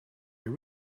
your